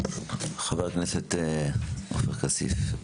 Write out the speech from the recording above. חבר הכנסת עופר כסיף.